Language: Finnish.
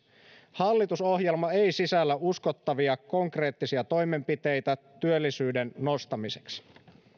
hallitusohjelma ei sisällä uskottavia konkreettisia toimenpiteitä työllisyyden nostamiseksi